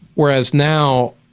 whereas now,